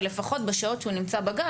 ולפחות בשעות שהוא נמצא בגן,